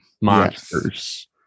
Monsters